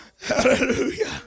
Hallelujah